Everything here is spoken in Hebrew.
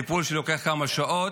זה טיפול שלוקח כמה שעות,